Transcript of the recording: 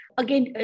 again